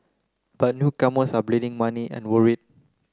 but newcomers are bleeding money and worried